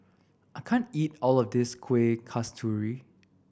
I can't eat all of this Kueh Kasturi